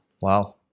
Wow